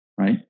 Right